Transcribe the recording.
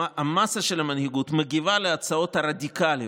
המאסה של המנהיגות, מגיבה על הצעות הרדיקליות.